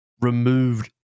removed